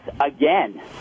again